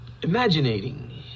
Imaginating